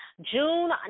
June